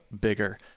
bigger